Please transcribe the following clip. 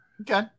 Okay